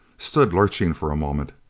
stood lurching for a moment,